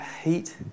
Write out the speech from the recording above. heat